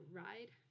ride